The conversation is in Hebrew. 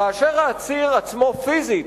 כאשר העציר עצמו, פיזית,